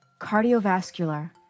cardiovascular